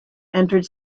entered